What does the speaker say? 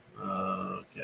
Okay